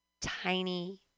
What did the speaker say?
tiny